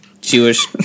Jewish